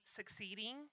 succeeding